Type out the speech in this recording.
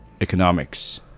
economics